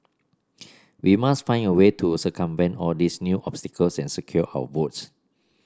we must find a way to circumvent all these new obstacles and secure our votes